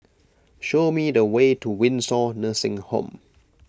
show me the way to Windsor Nursing Home